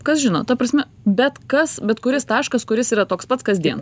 kas žino ta prasme bet kas bet kuris taškas kuris yra toks pats kasdien